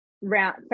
round